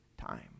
time